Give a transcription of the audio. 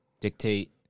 Dictate